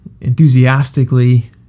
enthusiastically